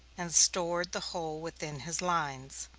and stored the whole within his lines.